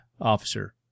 officer